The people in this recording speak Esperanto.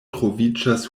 troviĝas